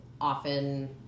often